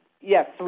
yes